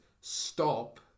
stop